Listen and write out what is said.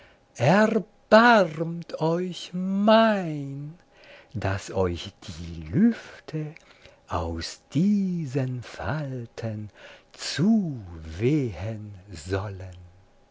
erbarmt euch mein das euch die lüfte aus diesen falten zuwehen sollen